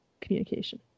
communication